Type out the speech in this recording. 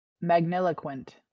Magniloquent